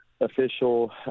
official